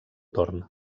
torn